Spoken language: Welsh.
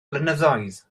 blynyddoedd